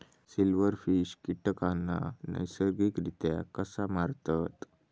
Silverfish कीटकांना नैसर्गिकरित्या कसा मारतत?